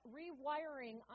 rewiring